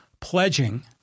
pledging